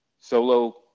solo